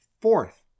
Fourth